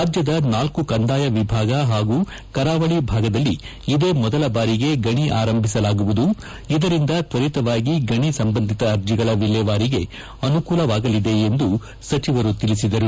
ರಾಜ್ಯದ ನಾಲ್ಕು ಕಂದಾಯ ವಿಭಾಗ ಹಾಗೂ ಕರಾವಳಿ ಭಾಗದಲ್ಲಿ ಇದೇ ಮೊದಲ ಬಾರಿಗೆ ಗಣಿ ಅದಾಲತ್ ಆರಂಭಿಸಲಾಗುವುದು ಇದರಿಂದ ತ್ವರಿತವಾಗಿ ಗಣಿ ಸಂಬಂಧಿತ ಅರ್ಜಿಗಳ ವಿಲೇವಾರಿಗೆ ಅನುಕೂಲವಾಗಲಿದೆ ಎಂದು ಸಚಿವರು ತಿಳಿಸಿದರು